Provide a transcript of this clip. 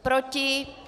Proti?